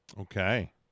Okay